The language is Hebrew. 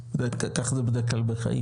כך זה בדרך כלל בחיים,